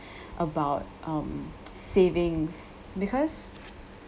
about um savings because